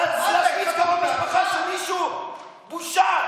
לרשותו של אייכמן ולמשימת ההשמדה